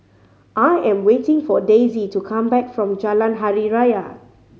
I am waiting for Daisie to come back from Jalan Hari Raya